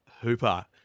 Hooper